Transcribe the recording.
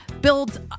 builds